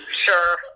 sure